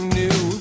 new